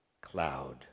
cloud